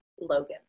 Logan